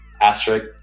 asterisk